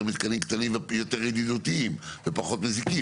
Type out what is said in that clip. מתקנים קטנים ויותר ידידותיים ופחות מזיקים?